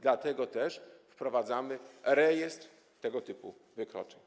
Dlatego też wprowadzamy rejestr tego typu wykroczeń.